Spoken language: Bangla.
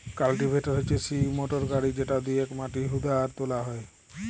কাল্টিভেটর হচ্যে সিই মোটর গাড়ি যেটা দিয়েক মাটি হুদা আর তোলা হয়